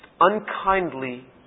unkindly